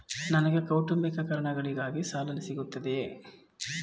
ನನಗೆ ಕೌಟುಂಬಿಕ ಕಾರಣಗಳಿಗಾಗಿ ಸಾಲ ಸಿಗುತ್ತದೆಯೇ?